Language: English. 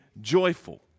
joyful